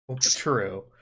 true